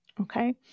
okay